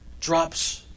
drops